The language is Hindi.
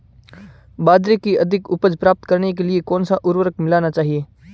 बाजरे की अधिक उपज प्राप्त करने के लिए कौनसा उर्वरक मिलाना चाहिए?